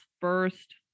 first